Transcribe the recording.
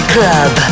Club